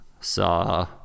saw